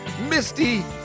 misty